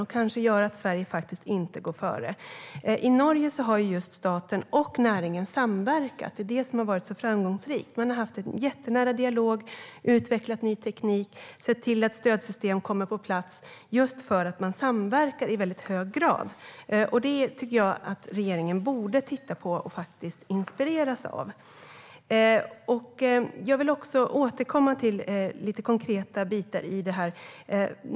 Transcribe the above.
Och det leder kanske till att Sverige inte kommer att gå före. I Norge har staten och näringen samverkat. Det är det som har varit så framgångsrikt. Man har haft en jättenära dialog, utvecklat ny teknik och sett till att stödsystem kommer på plats, just eftersom man samverkar i hög grad. Det borde regeringen titta på och inspireras av. Jag vill också återkomma till några konkreta bitar.